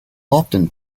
often